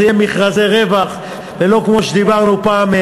זה יהיה מכרזי רווח ולא כמו שדיברנו פעם,